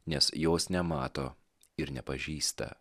nes jos nemato ir nepažįsta